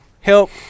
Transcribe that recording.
help